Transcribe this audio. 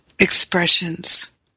expressions